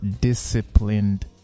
disciplined